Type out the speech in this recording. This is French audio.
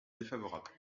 défavorable